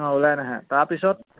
অঁ ওলাই নাহে তাৰপিছত